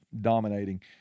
dominating